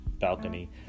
balcony